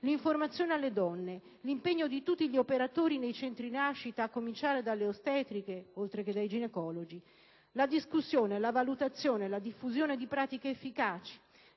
L'informazione alle donne, l'impegno di tutti gli operatori nei centri nascita (a cominciare dalle ostetriche oltre che dai ginecologi), la discussione, la valutazione e la diffusione di pratiche efficaci,